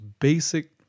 basic